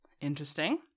interesting